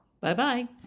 Bye-bye